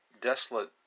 desolate